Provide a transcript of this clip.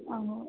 ಹಾಂ